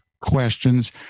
questions